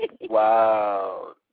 Wow